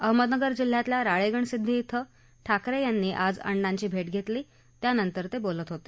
अहमदनगर जिल्ह्यातल्या राळेगणसिद्वी क्विं ठाकरे यांनी आज अण्णांची भेट घेतली त्यानंतर ते बोलत होते